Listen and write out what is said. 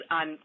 on